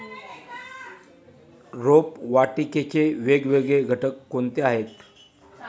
रोपवाटिकेचे वेगवेगळे घटक कोणते आहेत?